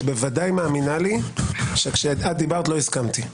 את בוודאי מאמינה לי שכשדיברת לא הסכמתי.